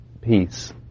peace